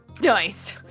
Nice